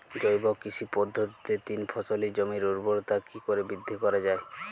জৈব কৃষি পদ্ধতিতে তিন ফসলী জমির ঊর্বরতা কি করে বৃদ্ধি করা য়ায়?